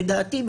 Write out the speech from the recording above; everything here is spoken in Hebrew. לדעתי,